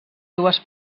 dues